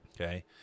Okay